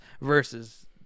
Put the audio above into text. versus